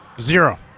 Zero